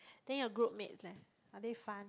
then your group mates leh are they fun